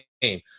game